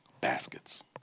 baskets